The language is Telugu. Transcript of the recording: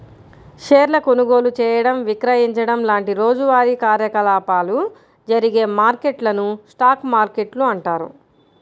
షేర్ల కొనుగోలు చేయడం, విక్రయించడం లాంటి రోజువారీ కార్యకలాపాలు జరిగే మార్కెట్లను స్టాక్ మార్కెట్లు అంటారు